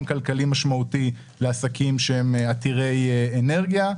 כלכלי משמעותי לעסקים שהם עתירי אנרגיה.